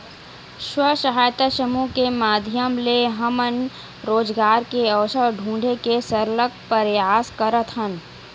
स्व सहायता समूह के माधियम ले हमन रोजगार के अवसर ढूंढे के सरलग परयास करत हन